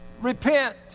Repent